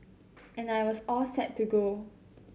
and I was all set to go